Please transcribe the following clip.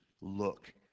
look